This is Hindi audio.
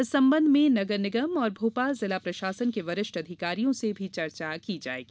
इस संबंध में नगर निगम और भोपाल जिला प्रशासन के वरिष्ठ अधिकारियों से भी चर्चा की जाएगी